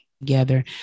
together